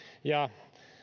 ja